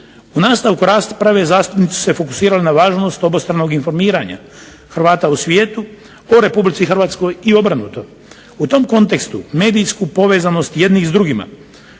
U nastavku rasprave zastupnici su se fokusirali na važnost obostranog informiranja Hrvata u svijetu o RH i obrnuto. U tom kontekstu medijsku povezanost jednih s drugima